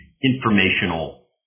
informational